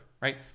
right